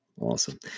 Awesome